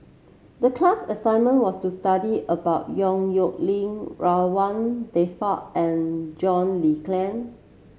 the class assignment was to study about Yong Nyuk Lin Ridzwan Dzafir and John Le Cain